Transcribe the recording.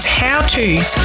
how-tos